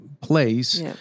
place